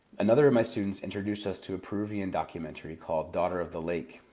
another of my students introduced us to a peruvian documentary called daughter of the lake,